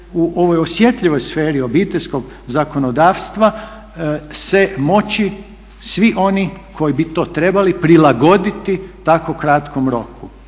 u ovoj osjetljivoj sferi obiteljskog zakonodavstva se moći svi oni koji bi to trebali prilagoditi tako kratkom roku.